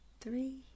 three